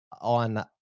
on